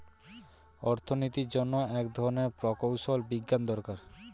অর্থনীতির জন্য এক ধরনের প্রকৌশল বিজ্ঞান দরকার